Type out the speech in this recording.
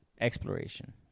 exploration